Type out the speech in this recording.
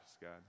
God